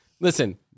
listen